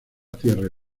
tierra